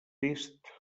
est